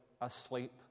asleep